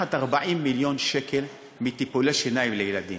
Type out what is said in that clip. לקחת 40 מיליון שקל מטיפולי שיניים לילדים?